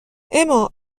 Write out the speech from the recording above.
اما